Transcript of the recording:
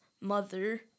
mother